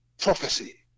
prophecy